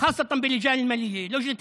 הרשימה המשותפת עבדה על הנושא הזה בכנסת,